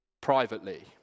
privately